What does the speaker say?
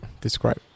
describe